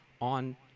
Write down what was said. on